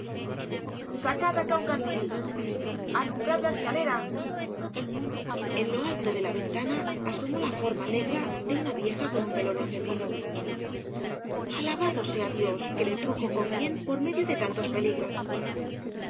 jsacad acá un candil i alumbrad la escalera en lo alto de la ventana asomó la forma negra de una vieja con un velón encendido alabado sea dios que le trujo con bien por medio de tantos peligros